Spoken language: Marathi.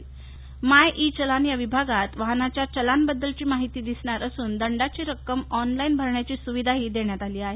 माय ई चलान या विभागात वाहनाच्या चलानबद्दलची माहिती दिसणार असून दंडाची रक्कम ऑनलाईन भरण्याची सुविधाही देण्यात आली आहे